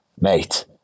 mate